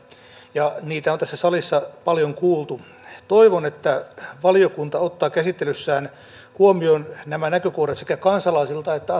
ja niitä on tässä salissa paljon kuultu toivon että valiokunta ottaa käsittelyssään huomioon nämä näkökohdat sekä kansalaisilta että